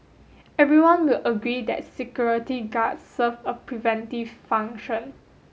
everyone will agree that security guards serve a preventive function